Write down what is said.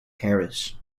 harris